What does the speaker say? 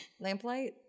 Lamplight